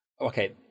Okay